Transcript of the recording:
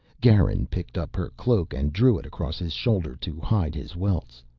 garin picked up her cloak and drew it across his shoulder to hide his welts.